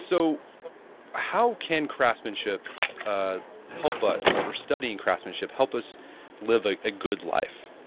so how can craftsmanship ah help us or studying craftsmanship help us live a ah good life?